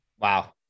Wow